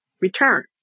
Return